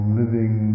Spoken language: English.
living